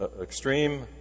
extreme